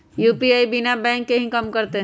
UPI बिना bank के भी कम करतै?